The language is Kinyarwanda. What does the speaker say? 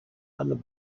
hano